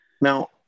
Now